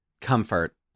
Comfort